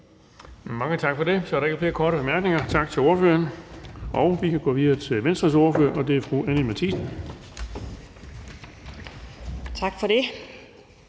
Mange tak for det. Så er der ikke flere korte bemærkninger. Tak til ordføreren. Vi kan gå videre til Venstres ordfører, og det er fru Anni Matthiesen. Kl.